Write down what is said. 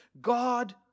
God